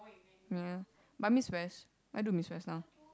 ya but I miss Resh I do miss Resh now